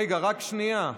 רגע, רק שנייה,